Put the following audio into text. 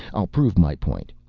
i'll prove my point.